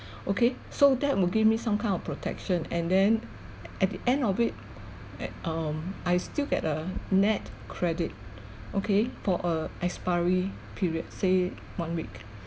okay so that would give me some kind of protection and then at the end of it at um I still get a net credit okay for a expiry period say one week